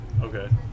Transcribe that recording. Okay